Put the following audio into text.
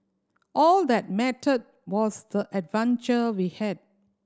all that mattered was the adventure we had